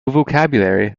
vocabulary